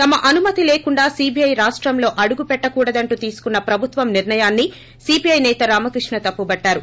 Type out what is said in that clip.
తమ అనుమతి లేకుండా సీబీఐ రాష్టంలో అడుగుపెట్టకూడదంటూ తీసుకున్న ప్రభుత్వం నిర్ణయాన్ని సీపీఐ సేత రామకృష్ణ తప్పుటట్టారు